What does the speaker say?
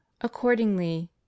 accordingly